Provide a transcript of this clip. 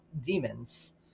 Demons